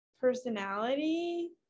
personality